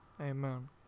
amen